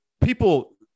people